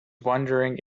wondering